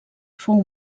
fou